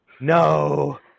No